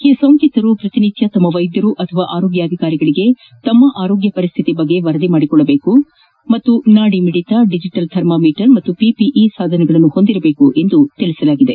ಈ ಸೋಂಕಿತರು ಪ್ರತಿದಿನ ತಮ್ಮ ವೈದ್ಯರು ಅಥವಾ ಆರೋಗ್ಧಾಧಿಕಾರಿಗಳಿಗೆ ಆರೋಗ್ಯ ಸ್ಥಿತಿ ಬಗ್ಗೆ ವರದಿ ಮಾಡಿಕೊಳ್ಳಬೇಕು ಮತ್ತು ನಾಡಿ ಮಿಡಿತ ಡಿಜಿಟಲ್ ಥರ್ಮಮೀಟರ್ ಮತ್ತು ಪಿಪಿಇ ಸಾಧನಗಳನ್ನು ಹೊಂದಿರಬೇಕು ಎಂದು ಸೂಚಿಸಲಾಗಿದೆ